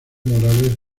morales